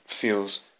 feels